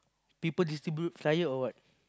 people distribute flyer or what